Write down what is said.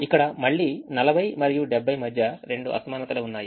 ఇక్కడ మళ్ళీ 40 మరియు 70 మధ్య రెండు అసమానతలు ఉన్నాయి